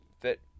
fit